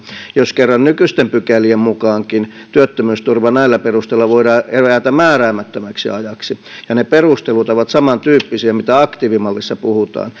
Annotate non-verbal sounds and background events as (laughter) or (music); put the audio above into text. jos kerran nykyisten pykälien mukaankin työttömyysturva näillä perusteilla voidaan evätä määräämättömäksi ajaksi ja ne perustelut ovat samantyyppisiä mitä aktiivimallissa puhutaan (unintelligible)